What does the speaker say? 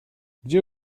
gdzie